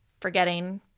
forgetting